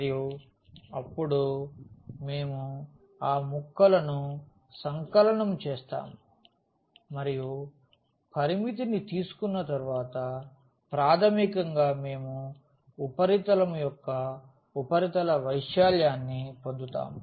మరియు అప్పుడు మేము ఆ ముక్కలను సంకలనం చేస్తాము మరియు పరిమితిని తీసుకున్న తరువాత ప్రాథమికంగా మేము ఉపరితలం యొక్క ఉపరితల వైశాల్యాన్ని పొందుతాము